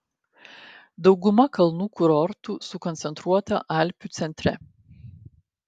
dauguma kalnų kurortų sukoncentruota alpių centre